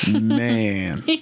Man